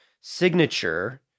signature